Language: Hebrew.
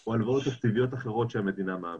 או הלוואות תקציביות אחרות שהמדינה מעמידה.